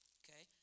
okay